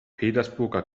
petersburger